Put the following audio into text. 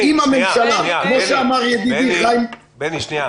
אם הממשלה, כפי שאמר ידידי ביבס --- רק רגע.